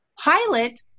pilot